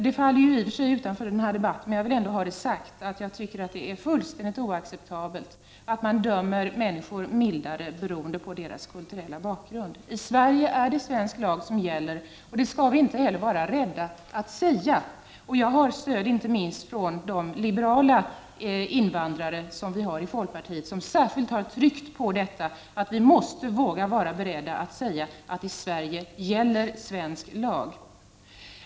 Det faller i och för sig utanför denna debatt, men jag vill ändå ha sagt att jag tycker det är fullständigt oacceptabelt att man dömer människor mildare på grund av deras kulturella bakgrund. I Sverige är det svensk lag som gäller. Det skall vi inte heller vara rädda att säga. Jag har stöd inte minst från de liberala invandrare vi har i folkpartiet. De har särskilt tryckt på att vi måste vara beredda att våga säga att i Sverige gäller svensk lag.